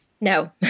No